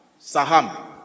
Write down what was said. Saham